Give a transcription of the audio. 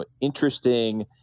interesting